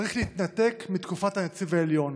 צריך להתנתק מתקופת הנציב העליון